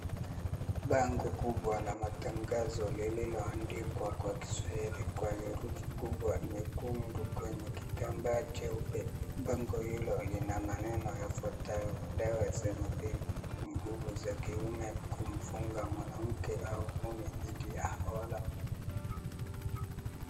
Bango kubwa la matangazo lilioandikwa kwa kiswahili kwa herifu kubwa nyekundu kwenye kitambaa cheupe. Bango hilo lina maneno yafuatayo, dawa za mapenzi, nguvu za kiume kumfunga mwanamke au mume dhidi ya hawa.